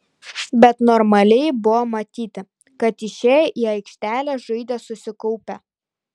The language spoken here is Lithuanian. bet normaliai buvo matyti kad išėję į aikštelę žaidė susikaupę